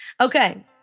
Okay